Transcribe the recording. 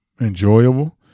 enjoyable